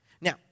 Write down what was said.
Now